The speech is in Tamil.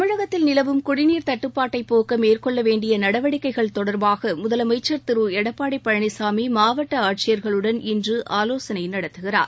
தமிழகத்தில் நிலவும் குடிநீர் தட்டுப்பாட்டை போக்க மேற்கொள்ள வேண்டிய நடவடிக்கைகள் தொடர்பாக முதலமைச்சர் திரு எடப்பாடி பழனிசாமி மாவட்ட ஆட்சிபர்களுடன் இன்று ஆலோசனை நடத்துகிறார்